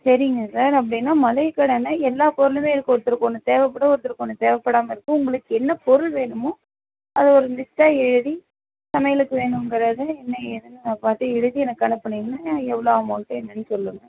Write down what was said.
சரிங்க சார் அப்படின்னா மளிகை கடைனா எல்லாப்பொருளுமே இருக்கும் ஒருத்தருக்கு ஒன்று தேவைப்படும் ஒருத்தருக்கு ஒன்று தேவைப் படாமல் இருக்கும் உங்களுக்கு என்ன பொருள் வேணுமோ அதை ஒரு லிஸ்ட்டாக எழுதி சமையலுக்கு வேணுங்கிறதை என்ன ஏதுனு அதைப் பார்த்து எழுதி எனக்கு அனுப்புனீங்கனால் நான் எவ்வளோ அமௌண்ட்டு என்னென்னு சொல்வேன்